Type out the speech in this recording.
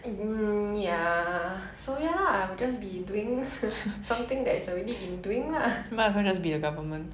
ugh ya so ya lah I will just be doing something that is already been doing lah